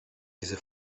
diese